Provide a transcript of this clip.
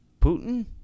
Putin